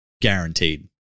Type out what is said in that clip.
Guaranteed